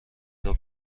دور